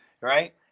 right